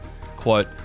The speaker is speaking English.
Quote